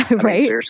right